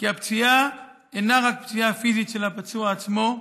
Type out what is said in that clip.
כי הפציעה אינה רק פציעה פיזית של הפצוע עצמו,